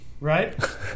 right